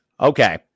Okay